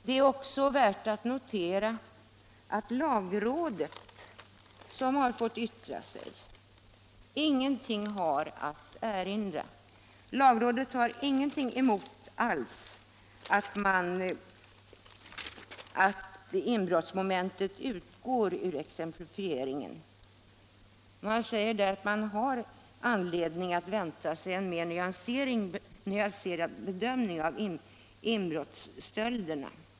Det är också värt att notera att lagrådet, som har fått yttra sig, ingenting har att erinra mot att inbrottsmomentet utgår ur exemplifieringen. Lagrådet säger att man har anledning att vänta sig en mer nyanserad bedömning av inbrottsstölderna.